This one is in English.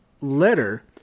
letter